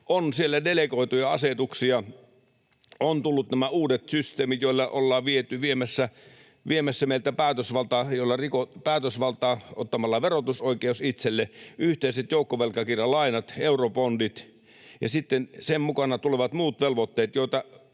Siellä on delegoituja asetuksia, on tullut näitä uusia systeemeitä, joilla ollaan viemässä meiltä päätösvaltaa ottamalla verotusoikeus itselle, yhteiset joukkovelkakirjalainat, eurobondit, ja sitten sen mukana tulevat muut velvoitteet, joita